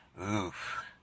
Oof